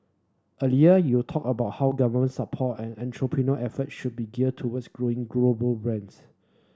earlier you talked about how government support and entrepreneur effort should be geared towards growing global breads